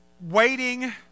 waiting